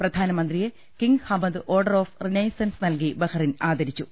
പ്രധാനമന്ത്രിയെ King Hamad Order of Renaissance നൽകി Bahrain ആദരിച്ചു